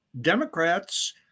Democrats